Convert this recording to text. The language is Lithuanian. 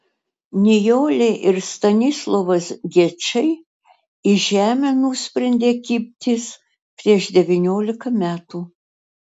nijolė ir stanislovas gečai į žemę nusprendė kibtis prieš devyniolika metų